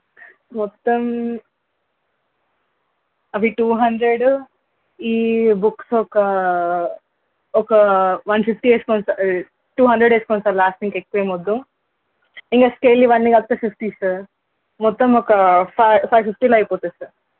మొత్తం అవి two hundred ఈ బుక్స్ ఒక ఒక వన్ ఫిఫ్టీ వేసుకోండి సార్ టూ హండ్రెడ్ వేసుకోండి సార్ లాస్ట్ ఇంకా ఎక్కువ ఏమి వద్దు ఇంకా స్కేల్ ఇవన్నీ కలిపితే ఫిఫ్టీ సార్ మొత్తం ఒక ఫైవ్ ఫైవ్ ఫిఫ్టీలో అయిపోతుంది సార్